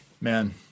Man